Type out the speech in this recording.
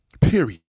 Period